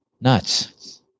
nuts